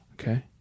Okay